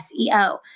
SEO